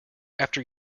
after